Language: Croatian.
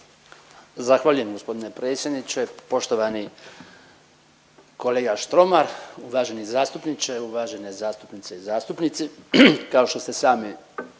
Zahvaljujem g. predsjedniče. Poštovani kolega Štromar uvaženi zastupniče, uvažene zastupnice i zastupnici. Kao što ste sami